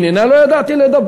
הנה נא לא ידעתי לדבר.